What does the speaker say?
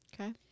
Okay